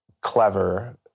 clever